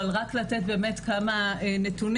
אבל רק לתת כמה נתונים,